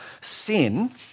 sin